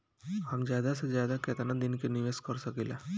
हम ज्यदा से ज्यदा केतना दिन के निवेश कर सकिला?